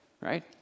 right